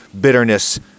bitterness